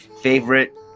favorite